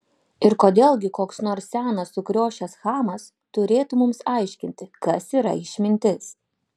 ir kodėl gi koks nors senas sukriošęs chamas turėtų mums aiškinti kas yra išmintis